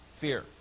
fear